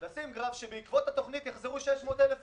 לשים גרף שבעקבות התוכנית יחזרו 600,000 איש.